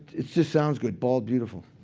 it just sounds good bald, beautiful,